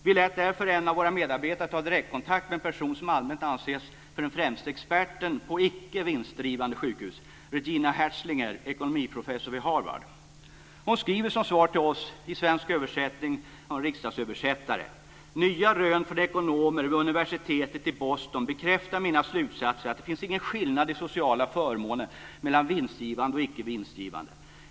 Vi lät därför en av våra medarbetare ta direktkontakt med en person som allmänt anses vara den främsta experten på icke vinstdrivande sjukhus, nämligen Regina Herzlinger som är ekonomiprofessor vid Harvard. Hon skriver som svar till oss i svensk översättning: Nya rön från ekonomer vid universitetet i Boston bekräftar mina slutsatser att det inte finns någon skillnad i sociala förmåner mellan vinstgivande och icke vinstgivande.